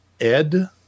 Ed